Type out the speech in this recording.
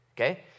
Okay